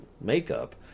makeup